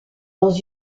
dans